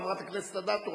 חברת הכנסת אדטו,